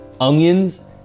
onions